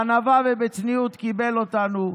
בענווה ובצניעות קיבל אותנו,